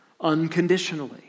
unconditionally